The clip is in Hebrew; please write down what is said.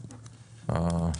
בבקשה.